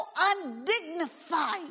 undignified